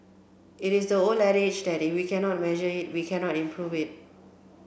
it is the old adage that if we can not measure it we can not improve it